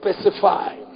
Specify